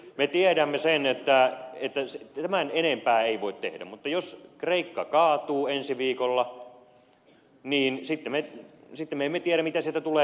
me tiedämme sen että tämän enempää ei voi tehdä mutta jos kreikka kaatuu ensi viikolla niin sitten me emme tiedä mitä sieltä tulee